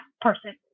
person